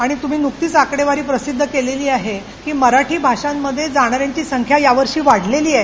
आणि तुम्ही नुकतिच आकडेवारी प्रसिद्ध केलेली आहे की मराठी भाषांमध्ये जाणाऱ्यांची संख्या यावर्षी वाढलेली आहे